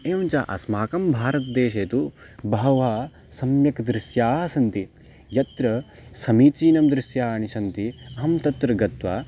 एवञ्च अस्माकं भारतदेशे तु बहु सम्यक् दृश्याणि सन्ति यत्र समीचीनं दृश्याणि सन्ति अहं तत्र गत्वा